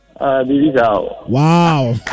wow